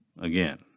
Again